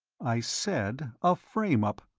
i said a frame-up,